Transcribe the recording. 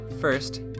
First